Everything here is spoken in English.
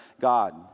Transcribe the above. God